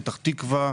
בפתח תקווה,